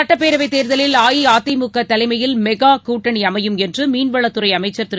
சட்டப்பேரவை தேர்தலில் அஇஅதிமுக தலைமையில் மெகா கூட்டணி அமையும் என்று மீன்வளத்துறை அமைச்சர் திரு